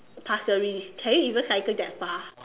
Pasir-Ris can you even cycle that far